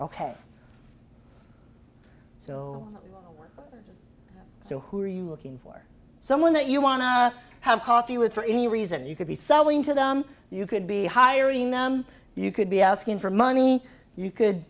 ok so so who are you looking for someone that you want to have coffee with for any reason you could be selling to them you could be hiring them you could be asking for money you could